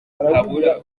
habura